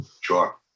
Sure